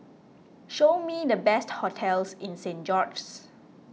show me the best hotels in Saint George's